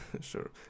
sure